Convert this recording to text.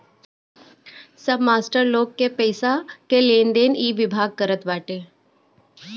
सब मास्टर लोग के पईसा के लेनदेन इ विभाग करत बाटे